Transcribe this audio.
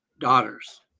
daughters